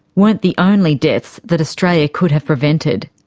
weren't the only deaths that australia could have prevented.